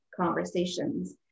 conversations